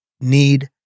need